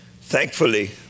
Thankfully